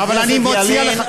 חבר הכנסת ילין,